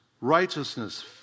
righteousness